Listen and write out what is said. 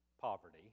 poverty